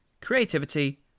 creativity